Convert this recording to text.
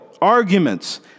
arguments